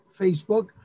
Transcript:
Facebook